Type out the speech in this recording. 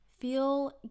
feel